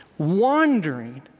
Wandering